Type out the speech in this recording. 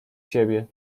siebie